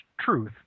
truth